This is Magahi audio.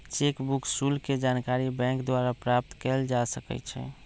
चेक बुक शुल्क के जानकारी बैंक द्वारा प्राप्त कयल जा सकइ छइ